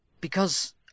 because